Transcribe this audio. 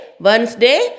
Wednesday